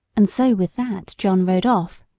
and so with that john rode off.